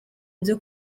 byo